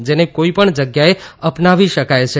જેને કોઇપણ જગ્યાએ અપનાવી શકાય છે